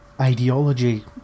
ideology